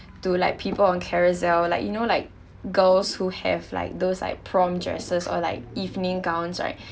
to like people on carousell like you know like girls who have like those like prom dresses or like evening gowns right